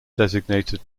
designated